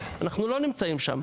אנחנו לא נמצאים שם.